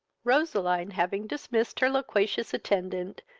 roseline, having dismissed her loquacious attendant,